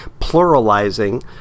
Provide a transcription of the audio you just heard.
pluralizing